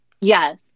yes